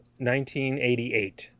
1988